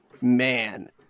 man